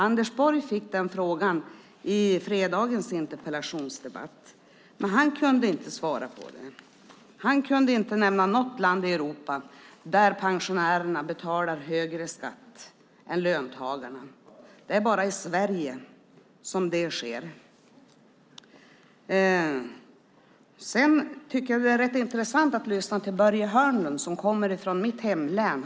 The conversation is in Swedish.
Anders Borg fick den frågan i fredagens interpellationsdebatt, men han kunde inte svara på den. Han kunde inte nämna något land i Europa där pensionärerna betalar högre skatt än löntagarna. Det är bara i Sverige som det sker. Jag tycker att det är intressant att lyssna till Börje Hörnlund som kommer från mitt hemlän.